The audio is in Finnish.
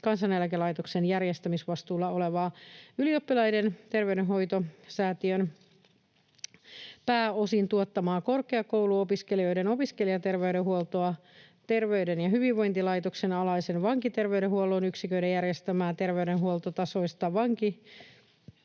Kansaneläkelaitoksen järjestämisvastuulla oleva Ylioppilaiden terveydenhoitosäätiön pääosin tuottama korkeakouluopiskelijoiden opiskelijaterveydenhuolto, Terveyden ja hyvinvoinnin laitoksen alaisen Vankiterveydenhuollon yksikön järjestämä perusterveydenhuoltotasoinen vankiterveydenhuolto